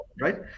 right